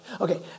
Okay